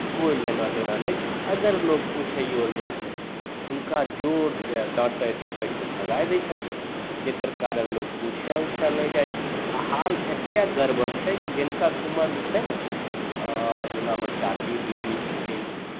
कोइ लेना देना नहि छै अगर लोग पुछैओ लेल जाइ छै तऽ हुनका जोरसँ डाँटय डपटि कऽ भगाय दै छथिन जकर कारण लोग पूछय उछय नहि जाइ छै आ हाल एतेक गड़बड़ छै कि जिनकर उमर जे छै ने जेना हमर चाची दीदी छथिन